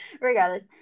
regardless